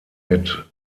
mit